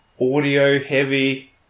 audio-heavy